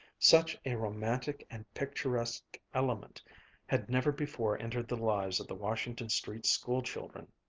such a romantic and picturesque element had never before entered the lives of the washington street school-children.